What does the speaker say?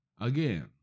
Again